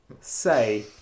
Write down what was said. say